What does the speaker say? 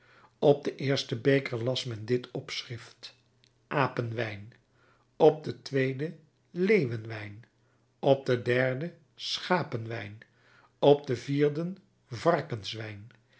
op den eersten beker las men dit opschrift apenwijn op den tweeden leeuwenwijn op den derden schapenwijn op den vierden varkenswijn